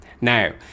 now